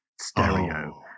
Stereo